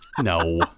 No